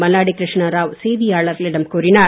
மல்லாடி கிருஷ்ண ராவ் செய்தியாளர்களிடம் கூறினார்